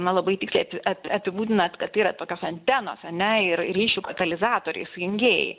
na labai tiksliai api ap apibūdinat kad tai yra tokios antenos ane ir ryšių katalizatoriai sujungėjai